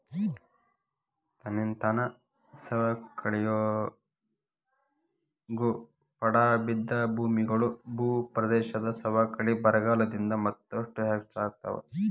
ತನ್ನಿಂತಾನ ಸವಕಳಿಯಾಗೋ ಪಡಾ ಬಿದ್ದ ಭೂಮಿಗಳು, ಭೂಪ್ರದೇಶದ ಸವಕಳಿ ಬರಗಾಲದಿಂದ ಮತ್ತಷ್ಟು ಹೆಚ್ಚಾಗ್ತಾವ